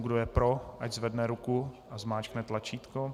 Kdo je pro, ať zvedne ruku a zmáčkne tlačítko.